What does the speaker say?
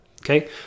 okay